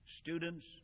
Students